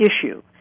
issue